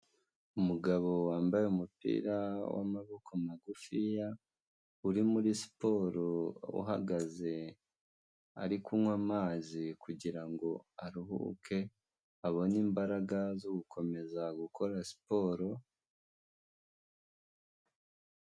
Umugabo wambaye umupira w'amaboko magufiya, uri muri siporo uhagaze ari kunywa amazi kugirango aruhuke abone imbaraga zo gukomeza gukora siporo.